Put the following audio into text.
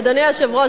אדוני היושב-ראש,